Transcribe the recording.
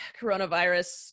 coronavirus